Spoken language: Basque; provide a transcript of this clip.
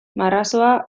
marrazoa